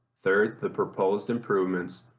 third the proposed improvements,